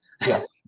Yes